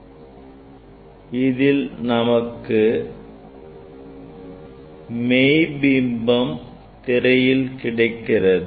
நமக்கு தலைகீழான மெய்பிம்பம் திரையில் கிடைக்கிறது